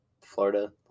Florida